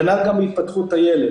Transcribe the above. כנ"ל גם בהתפתחות הילד.